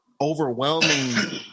overwhelming